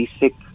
basic